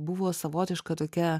buvo savotiška tokia